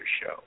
show